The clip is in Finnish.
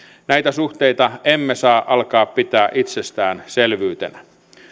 näitä suhteita emme saa alkaa pitää itsestäänselvyytenä